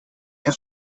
his